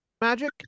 magic